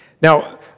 Now